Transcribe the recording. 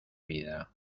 vida